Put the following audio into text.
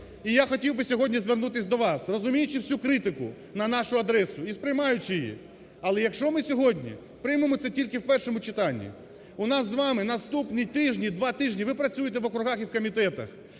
І я хотів би сьогодні звернутися до вас. Розуміючи всю критику на нашу адресу і сприймаючи її, але якщо ми сьогодні приймемо це тільки в першому читанні, у нас з вами наступні тижні, два тижні ви працюєте в округах і в комітетах,